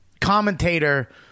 commentator